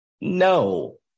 no